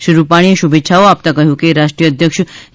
શ્રી રૂપાણીએ શુભેચ્છાઓ આપતાં કહ્યું કે રાષ્ટ્રિય અધ્યક્ષ જે